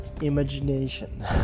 imagination